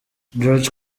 george